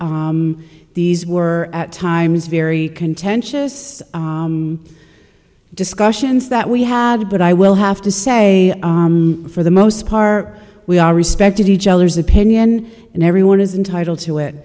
these were at times very contentious discussions that we had but i will have to say for the most part we all respect each other's opinion and everyone is entitled to it